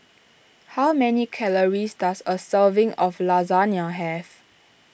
how many calories does a serving of Lasagna have